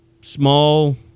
small